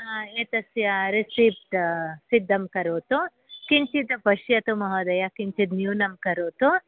एतस्य रिससिप्ट् सिद्धं करोतु किञ्चित् पश्यतु महोदय किञ्चित् न्यूनं करोतु